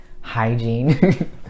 hygiene